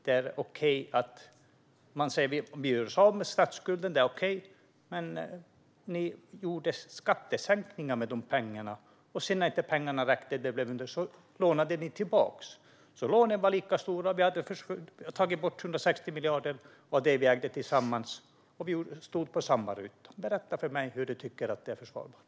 Det är okej att man säger: Vi gör oss av med statsskulden. Men ni gjorde skattesänkningar med de pengarna. När de pengarna sedan inte räckte lånade ni tillbaka. Lånen var lika stora. Man hade sålt för 160 miljarder av det som vi ägde tillsammans. Vi stod på samma ruta. Berätta för mig hur du kan tycka att det är försvarbart!